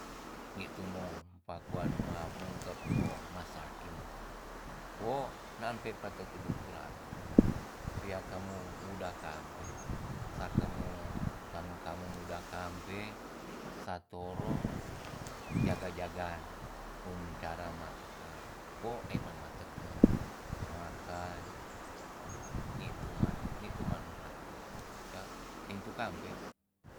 Ni tu mo pakuan ma munto long ma saki meka wo naan pe patatedu kurako wea kamu muda kampe sake mu tanu kamu muda kampe sa toro jaga jagan um cara matekel wo ai man matekel makan ni tu man ni tu man empa tudu ku ya in tu kampe